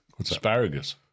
Asparagus